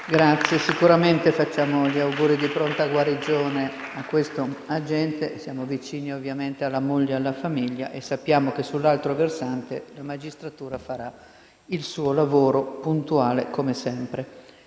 rivolge sicuramente gli auguri di pronta guarigione a questo agente. Siamo ovviamente vicini alla moglie e alla famiglia e sappiamo che, sull’altro versante, la magistratura farà il suo lavoro, puntualmente come sempre.